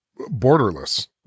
borderless